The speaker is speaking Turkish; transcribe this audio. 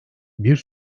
bir